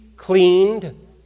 cleaned